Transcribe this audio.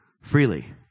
Freely